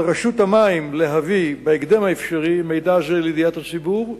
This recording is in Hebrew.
על רשות המים להביא בהקדם האפשרי מידע זה לידיעת הציבור,